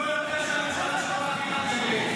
הוא לא יודע שהממשלה שלך מעבירה.